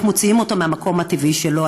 אנחנו מוציאים אותו מהמקום הטבעי שלו,